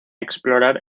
explorar